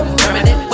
permanent